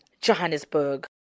Johannesburg